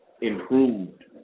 improved